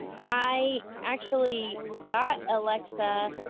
um i actually got alexa